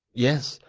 yes!